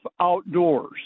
outdoors